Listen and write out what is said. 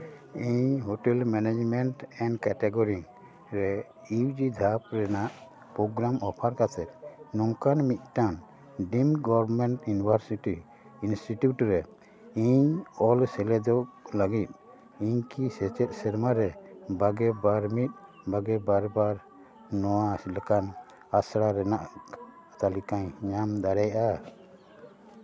ᱤᱧ hotel management and catering ᱨᱮ UG ᱫᱷᱟᱯ ᱨᱮᱱᱟᱜ ᱯᱨᱳᱜᱨᱟᱢ ᱚᱯᱷᱟᱨ ᱠᱟᱛᱮᱫ ᱱᱚᱝᱠᱟᱱ ᱢᱤᱫᱴᱟᱱ ᱰᱤᱢ ᱜᱚᱵᱷᱢᱮᱱᱴ ᱤᱭᱩᱱᱤᱵᱷᱟᱨᱥᱤᱴᱤ ᱤᱱᱥᱴᱤᱴᱤᱭᱩᱴ ᱨᱮ ᱤᱧ ᱚᱞ ᱥᱮᱞᱮᱫᱚᱜ ᱞᱟᱹᱜᱤᱫ ᱤᱧ ᱠᱤ ᱥᱮᱪᱮᱫ ᱥᱮᱨᱢᱟ ᱨᱮ ᱵᱟᱜᱮ ᱵᱟᱨ ᱢᱤᱫ ᱵᱟᱜᱮ ᱵᱟᱨ ᱵᱟᱨ ᱱᱚᱣᱟ ᱞᱮᱠᱟᱱ ᱟᱥᱲᱟ ᱨᱮᱱᱟᱜ ᱛᱟᱹᱞᱤᱠᱟᱧ ᱧᱟᱢ ᱫᱟᱲᱮᱭᱟᱜᱼᱟ